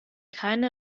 keine